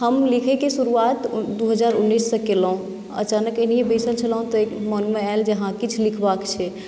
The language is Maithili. हम लिखैके शुरुआत दू हजार उन्नैससँ केलहुँ अचानक ओहिने बैसल छलहुँ तऽ मोनमे आयल जे हँ किछु लिखबाक छै